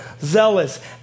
zealous